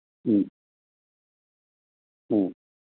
ഉം ആ